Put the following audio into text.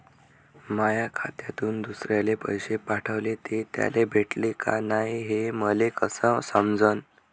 माया खात्यातून दुसऱ्याले पैसे पाठवले, ते त्याले भेटले का नाय हे मले कस समजन?